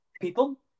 people